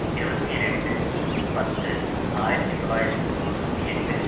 இருபத்தி ரெண்டு பத்து ஆயிரத்தி தொள்ளாயிரத்தி தொண்ணூற்றி எட்டு